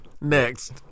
Next